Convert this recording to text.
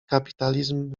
kapitalizm